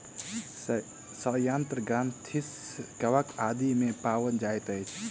सयंत्र ग्रंथिरस कवक आदि मे पाओल जाइत अछि